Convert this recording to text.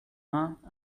vingt